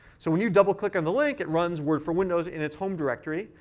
so when you double click on the link, it runs word for windows in its home directory,